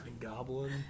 goblin